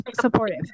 supportive